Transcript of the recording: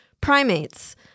primates